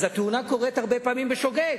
תאונה מתרחשת הרבה פעמים בשוגג,